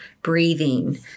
breathing